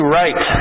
right